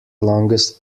longest